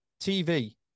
TV